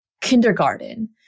kindergarten